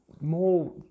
more